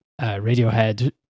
Radiohead